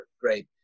Great